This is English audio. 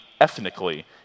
ethnically